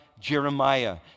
Jeremiah